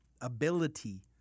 ability